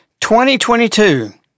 2022